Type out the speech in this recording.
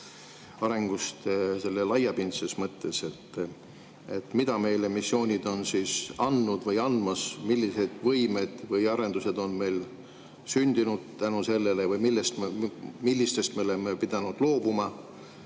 arengust selle laiapindses mõttes? Mida meile missioonid on andnud või andmas? Millised võimed või arendused on meil sündinud tänu sellele või millistest me oleme pidanud loobuma